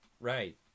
right